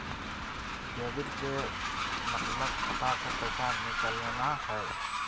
debit के मतलब खाता से पैसा निकलना हय